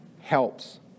helps